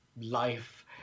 life